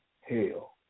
hell